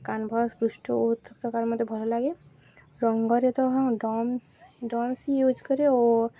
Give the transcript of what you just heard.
canvas ଓ ପ୍ରକାର ମତେ ଭଲ ଲାଗେ ରଙ୍ଗରେ ତ ହଁ ଡମ୍ସ ଡମ୍ସ ହିଁ ୟୁଜ୍ କରେ ଓ